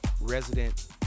resident